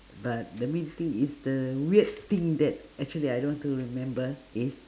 but the main thing is the weird thing that actually I don't want to remember is